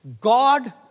God